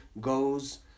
goes